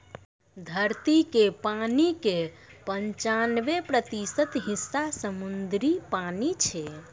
धरती के पानी के पंचानवे प्रतिशत हिस्सा समुद्री पानी छै